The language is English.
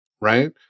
Right